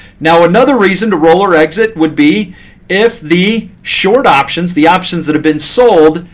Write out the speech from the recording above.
now another reason to roll or exit would be if the short options, the options that have been sold,